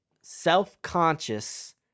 self-conscious